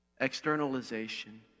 Externalization